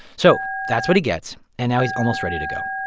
so that's what he gets, and now he's almost ready to go